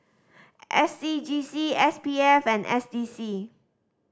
S C G C S P F and S D C